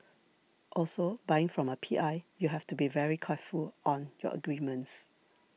also buying from a P I you have to be very careful on your agreements